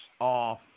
off